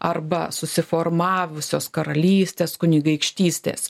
arba susiformavusios karalystės kunigaikštystės